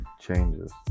changes